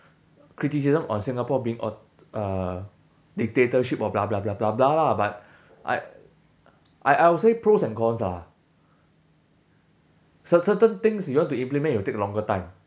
criticism on singapore being aut~ uh dictatorship or blah blah blah blah blah lah but I I I would say pros and cons lah cer~ certain things you want to implement it'll take a longer time